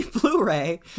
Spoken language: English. Blu-ray